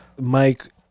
Mike